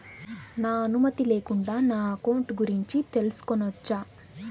నా అనుమతి లేకుండా నా అకౌంట్ గురించి తెలుసుకొనొచ్చా?